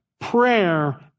prayer